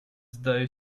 zdaje